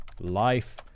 life